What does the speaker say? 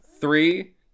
Three